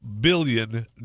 billion